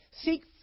Seek